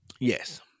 Yes